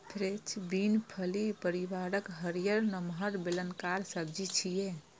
French bean फली परिवारक हरियर, नमहर, बेलनाकार सब्जी छियै